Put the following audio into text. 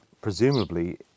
presumably